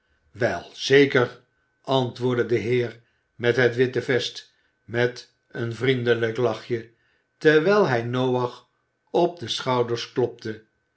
wel zeker antwoordde de heer met het witte vest met een vriendelijk lachje terwijl hij noach op de schouders klopte